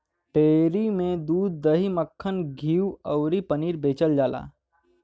dairy में दूध, दही, मक्खन, घीव अउरी पनीर बेचल जाला